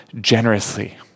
generously